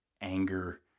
anger